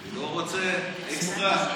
הוא לא רוצה אקסטרה?